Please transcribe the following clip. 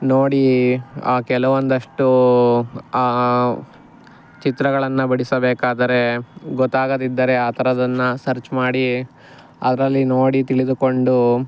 ನೋಡಿ ಆ ಕೆಲವೊಂದಷ್ಟೂ ಚಿತ್ರಗಳನ್ನು ಬಿಡಿಸಬೇಕಾದರೆ ಗೊತ್ತಾಗದಿದ್ದರೆ ಆ ಥರದ್ದನ್ನ ಸರ್ಚ್ ಮಾಡಿ ಅದರಲ್ಲಿ ನೋಡಿ ತಿಳಿದುಕೊಂಡು